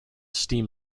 steam